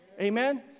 Amen